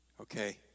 okay